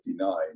1959